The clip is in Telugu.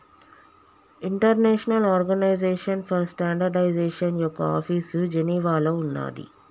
ఇంటర్నేషనల్ ఆర్గనైజేషన్ ఫర్ స్టాండర్డయిజేషన్ యొక్క ఆఫీసు జెనీవాలో ఉన్నాది